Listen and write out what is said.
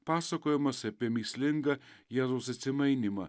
pasakojimas apie mįslingą jėzaus atsimainymą